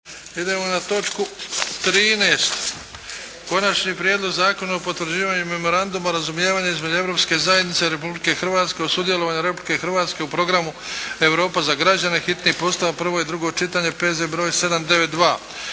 Idemo na točku 13. - Konačni prijedlog zakona o potvrđivanju Memoranduma o razumijevanju između Europske zajednice i Republike Hrvatske o sudjelovanju Republike Hrvatske u programu "Europa za građane", hitni postupak – prvo i drugo čitanje, P.Z. br. 792